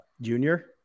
Junior